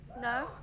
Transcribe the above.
No